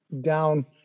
down